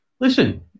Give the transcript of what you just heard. Listen